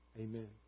Amen